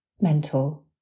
mental